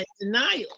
denial